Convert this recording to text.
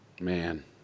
man